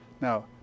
Now